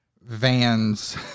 vans